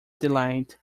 delight